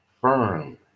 firm